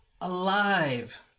alive